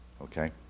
Okay